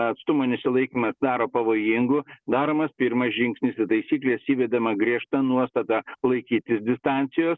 atstumo nesilaikymas daro pavojingu daromas pirmas žingsnis į taisykles įvedama griežta nuostata laikytis distancijos